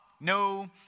no